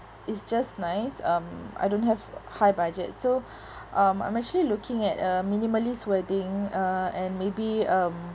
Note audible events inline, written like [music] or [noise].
is just nice um I don't have high budget so [breath] um I'm actually looking at a minimalist wedding uh and maybe um